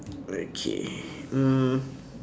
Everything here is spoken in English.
okay mm